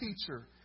teacher